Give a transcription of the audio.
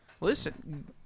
Listen